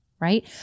right